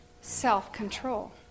self-control